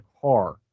car